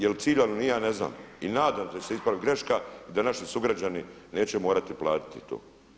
Jer ciljano ni ja ne znam i nadate se ispravit greška i da naši sugrađani neće morati platiti to.